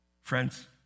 Friends